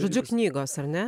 žodžiu knygos ar ne